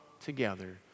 together